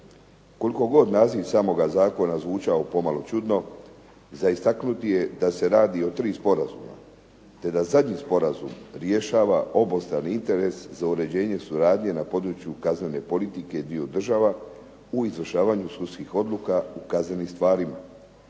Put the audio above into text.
Koliko god naziv samoga zakona zvučao pomalo čudno za istaknuti je da se radi o tri sporazuma, te da zadnji sporazum rješava obostrani interes za uređenje suradnje na području kaznene politike dviju država u izvršavanju sudskih odluka u kaznenim stvarima